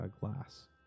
glass